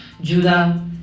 Judah